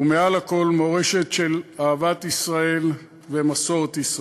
ומעל הכול מורשת של אהבת ישראל ומסורת ישראל.